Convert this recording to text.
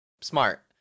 smart